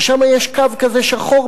ששמה יש קו כזה שחור,